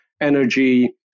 energy